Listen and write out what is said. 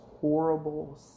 horrible